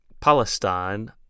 Palestine